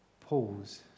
pause